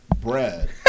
Brad